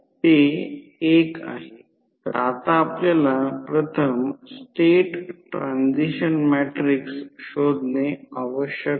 तर हे cos 90 आहे ज्याला Im I0 असे म्हणतात ते cos 90 ∅0 असेल